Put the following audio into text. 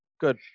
Good